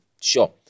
sure